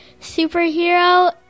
superhero